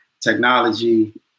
technology